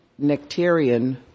Nectarian